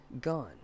gone